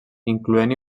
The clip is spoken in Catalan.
incloent